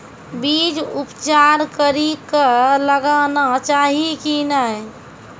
बीज उपचार कड़ी कऽ लगाना चाहिए कि नैय?